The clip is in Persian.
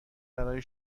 برای